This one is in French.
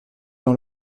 dans